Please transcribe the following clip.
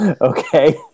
okay